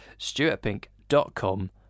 stuartpink.com